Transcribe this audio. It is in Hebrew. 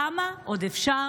כמה עוד אפשר